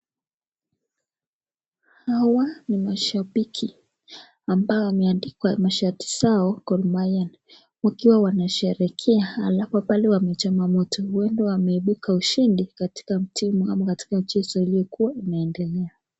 Hawa ni mashabiki ambao wameandikwa shati zao gormahia, wakiwa wanasherehekea halafu pale wamechangamka huenda wameibuka mshindi katika timu ama katika mchezo ambayo ilikua inaendelea.